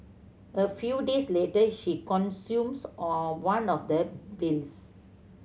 a few days later she consumes on one of the pills